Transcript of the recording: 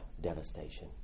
devastation